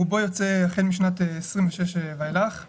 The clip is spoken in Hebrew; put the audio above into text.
רובו יוצא החל משנת 2026 ואילך,